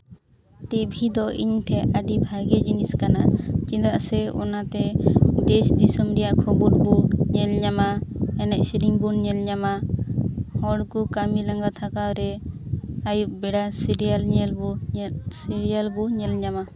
TV ᱫᱚ ᱤᱧ ᱴᱷᱮᱱ ᱟᱹᱰᱤ ᱵᱷᱟᱹᱜᱮ ᱡᱤᱱᱤᱥ ᱠᱟᱱᱟ ᱪᱮᱫᱟᱜ ᱥᱮ ᱚᱱᱟᱛᱮ ᱫᱮᱥ ᱫᱤᱥᱚᱢ ᱨᱮᱭᱟᱜ ᱠᱷᱚᱵᱚᱨ ᱵᱚᱱ ᱧᱮᱞ ᱧᱟᱢᱟ ᱮᱱᱮᱡ ᱥᱮᱨᱮᱧ ᱵᱚᱱ ᱧᱮᱞ ᱧᱟᱢᱟ ᱦᱚᱲ ᱠᱚ ᱠᱟᱹᱢᱤ ᱞᱟᱸᱜᱟ ᱛᱷᱟᱠᱟᱣᱨᱮ ᱟᱹᱭᱩᱵᱽ ᱵᱮᱲᱟ ᱥᱤᱨᱭᱟᱞ ᱧᱮᱞ ᱵᱚ ᱥᱤᱨᱭᱟᱞ ᱵᱚᱱ ᱧᱮᱞ ᱧᱟᱢᱟ